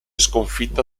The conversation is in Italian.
sconfitta